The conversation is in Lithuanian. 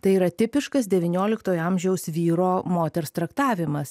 tai yra tipiškas devynioliktojo amžiaus vyro moters traktavimas